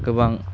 गोबां